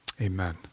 Amen